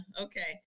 okay